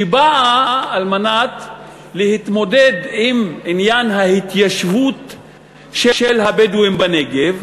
שבאה על מנת להתמודד עם עניין ההתיישבות של הבדואים בנגב,